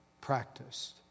practiced